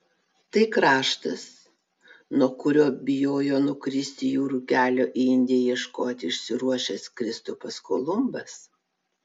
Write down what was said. tai kraštas nuo kurio bijojo nukristi jūrų kelio į indiją ieškoti išsiruošęs kristupas kolumbas